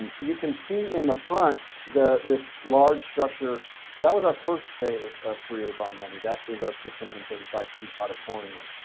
and you can see in the front the this. large structure that was our first phase of three, a bond money that is our six hundred and thirty five seat auditorium.